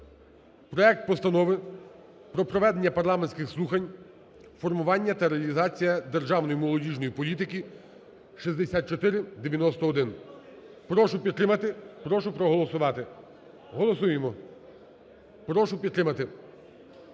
проект Постанови про проведення парламентських слухань "Формування та реалізація державної молодіжної політики", 6491. Прошу підтримати, прошу проголосувати. Голосуємо. Прошу підтримати.